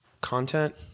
content